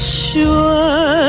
sure